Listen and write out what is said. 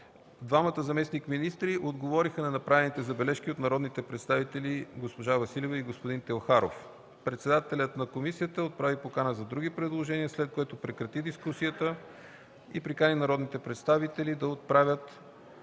Двамата заместник-министри отговориха на направените забележки от народните представители госпожа Василева и господин Теохаров. Председателят на комисията отправи покана за други предложения, след което прекрати дискусията, и прикани народните представители да внесат